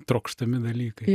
trokštami dalykai